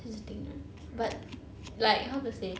that's the thing right but like how to say